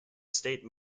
state